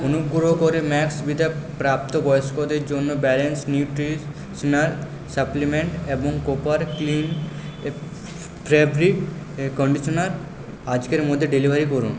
অনুগ্রহ করে ম্যাক্সভিডা প্রাপ্তবয়স্কদের জন্য ব্যালেন্সড নিউট্রিশনাল সাপ্লিমেন্ট এবং কোপারো ক্লিন ফ্যাব্রিক এ কন্ডিশনার আজকের মধ্যে ডেলিভারি করুন